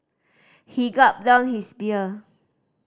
he gulped down his beer